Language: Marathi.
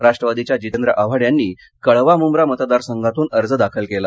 राष्ट्रवादीच्या जितेंद्र आव्हाड यांनी कळवा मंब्रामतदारसंघातून अर्ज दाखल केला